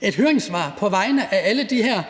et høringssvar på vegne af alle de her